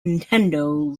nintendo